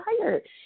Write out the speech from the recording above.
tired